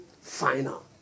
Final